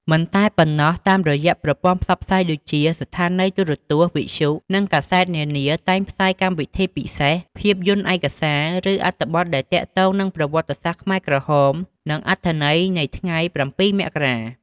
មិនតែប៉ុណ្ណោះតាមរយៈប្រព័ន្ធផ្សព្វផ្សាយដូចជា ស្ថានីយ៍ទូរទស្សន៍ វិទ្យុ និងកាសែតនានា តែងផ្សាយកម្មវិធីពិសេស ភាពយន្តឯកសារ ឬអត្ថបទដែលទាក់ទងនឹងប្រវត្តិសាស្ត្រខ្មែរក្រហម និងអត្ថន័យនៃថ្ងៃ៧ មករា។